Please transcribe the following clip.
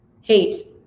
hate